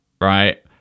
right